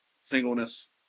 singleness